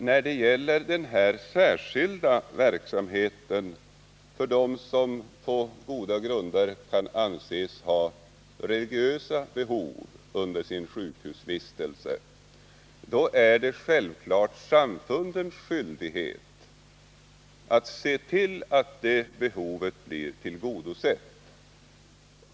När det gäller den särskilda verksamheten för dem som på goda grunder kan anses ha religiösa behov under sin sjukhusvistelse är det självfallet samfundens skyldighet att se till att det behovet blir tillgodosett.